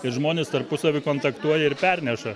kai žmonės tarpusavy kontaktuoja ir perneša